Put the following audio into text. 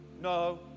no